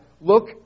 look